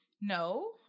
No